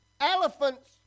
Elephants